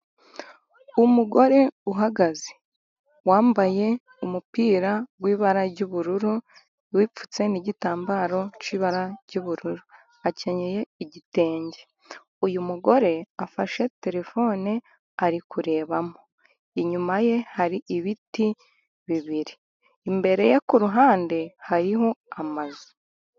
Umugore uhagaze wambaye umupira w'ibara ry'ubururu wipfutse n'igitambaro cyibara ry'ubururu, akenye igitenge. Uyu mugore afashe terefone ari kurebamo, inyuma ye hari ibiti bibiri, imbere ye kuruhande hariho amazu.